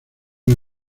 una